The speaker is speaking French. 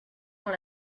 dans